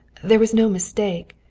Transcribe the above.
there was no mistake.